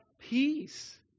peace